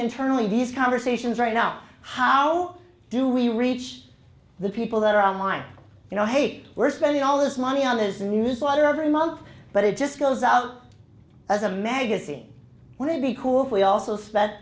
internally these conversations right now how do we reach the people that are on line you know hate we're spending all this money on his newsletter every month but it just goes out as a magazine when it be cool if we also spen